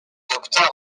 docteur